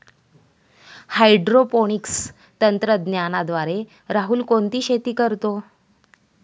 Hydroponics तंत्रज्ञानाद्वारे राहुल कोणती शेती करतो?